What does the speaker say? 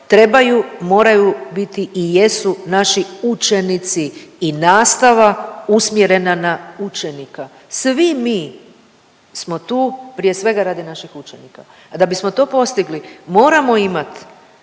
trebaju, moraju biti i jesu naši učenici i nastava usmjerena na učenika. Svi mi smo tu prije svega radi naših učenika, a da bismo to postigli moramo imat